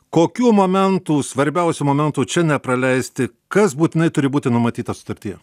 kokių momentų svarbiausių momentų čia nepraleisti kas būtinai turi būti numatyta sutartyje